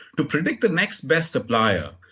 to predict the next best supplier,